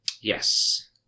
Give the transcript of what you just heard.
yes